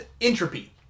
Entropy